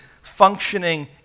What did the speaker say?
functioning